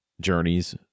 journeys